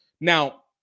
Now